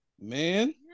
man